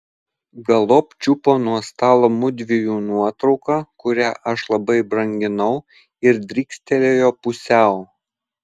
galop čiupo nuo stalo mudviejų nuotrauką kurią aš labai branginau ir drykstelėjo pusiau